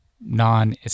non